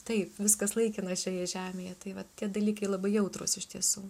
taip viskas laikina šioje žemėje tai vat tie dalykai labai jautrūs iš tiesų